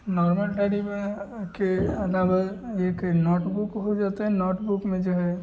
normal diary पर के अलावा एक नोटबुक हो जाता है नोटबुक में जो है